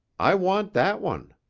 i want that one.